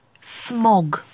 smog